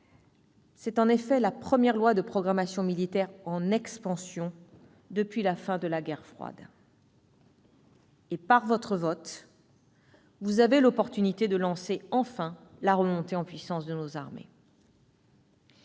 C'est en effet la première loi de programmation militaire en expansion depuis la fin de la guerre froide. Par votre vote, vous avez l'opportunité de lancer, enfin, la remontée en puissance de nos armées.